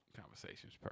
Conversations